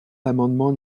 l’amendement